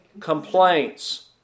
complaints